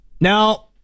Now